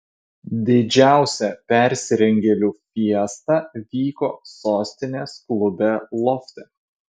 didžiausia persirengėlių fiesta vyko sostinės klube lofte